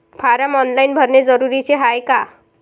Form online भरने जरुरीचे हाय का?